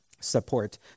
support